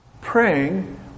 Praying